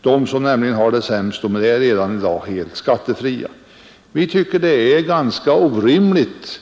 De som har det sämst är nämligen redan i dag helt befriade från skatt. Vi tycker att det är ganska orimligt